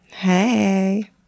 Hey